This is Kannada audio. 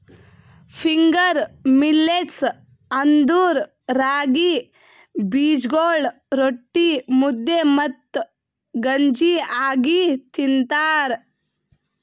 ಫಿಂಗರ್ ಮಿಲ್ಲೇಟ್ಸ್ ಅಂದುರ್ ರಾಗಿ ಬೀಜಗೊಳ್ ರೊಟ್ಟಿ, ಮುದ್ದೆ ಮತ್ತ ಗಂಜಿ ಆಗಿ ತಿಂತಾರ